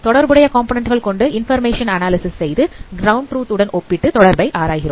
தொடர்புடைய காம்போநன்ண்ட் கள் கொண்டு இன்பர்மேஷன் அனாலிசிஸ் செய்து கிரவுண்ட் ட்ருத் உடன் ஒப்பிட்டு தொடர்பை ஆராய்கிறோம்